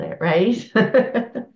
Right